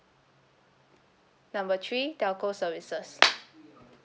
number three telco services